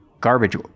garbage